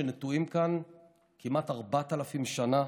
שנטועים כאן כמעט ארבעת אלפים שנה,